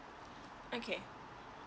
okay